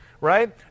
right